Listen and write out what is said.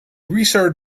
restarted